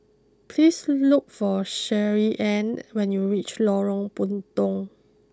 please look for Shirleyann when you reach Lorong Puntong